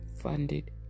funded